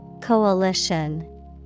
Coalition